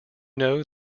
know